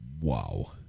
Wow